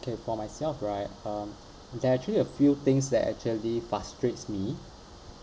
okay for myself right um there are actually a few things that actually frustrates me